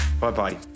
Bye-bye